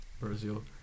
brazil